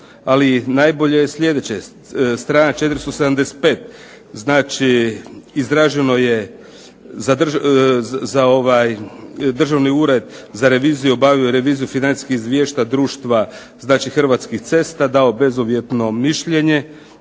ali najbolje je sljedeće strana 475. Znači izraženo je za Državni ured za reviziju obavio je reviziju financijskih izvješća društva hrvatskih cesta dao bezuvjetno mišljenje